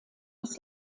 des